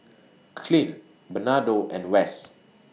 Clint Bernardo and Wess